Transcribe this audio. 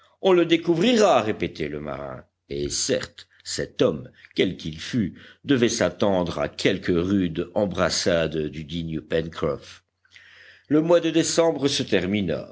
on le découvrira répétait le marin et certes cet homme quel qu'il fût devait s'attendre à quelque rude embrassade du digne pencroff le mois de décembre se termina